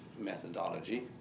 methodology